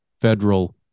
federal